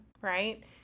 right